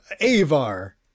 Avar